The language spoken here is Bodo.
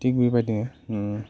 थिग बिबायदिनो